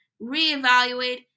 reevaluate